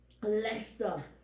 Leicester